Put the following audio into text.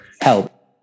help